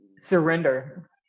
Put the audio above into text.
surrender